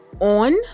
on